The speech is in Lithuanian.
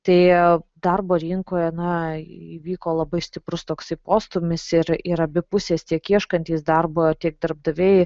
tai darbo rinkoje na įvyko labai stiprus toksai postūmis ir ir abi pusės tiek ieškantys darbo tiek darbdaviai